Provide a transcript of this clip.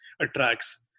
attracts